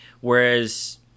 whereas